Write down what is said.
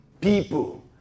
people